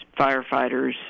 firefighters